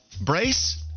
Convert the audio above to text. brace